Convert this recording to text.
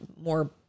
more